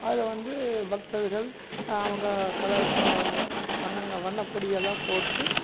அதில் வந்து பக்தர்கள் அவங்க கலர் வண்ணங்கள் வண்ண பொடியெல்லாம் போட்டு